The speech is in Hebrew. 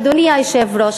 אדוני היושב-ראש,